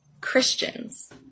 Christians